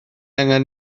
angen